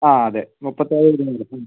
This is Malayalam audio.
ആ അതെ മുപ്പത്തേഴേ ഇരുന്നൂറ്